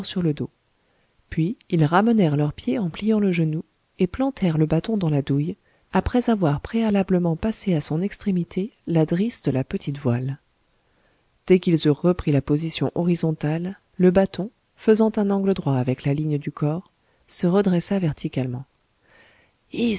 sur le dos puis ils ramenèrent leur pied en pliant le genou et plantèrent le bâton dans la douille après avoir préalablement passé à son extrémité la drisse de la petite voile dès qu'ils eurent repris la position horizontale le bâton faisant un angle droit avec la ligne du corps se redressa verticalement